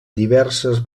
diverses